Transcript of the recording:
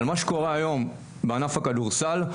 אבל מה שקורה היום בענף הכדורסל,